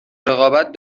رقابت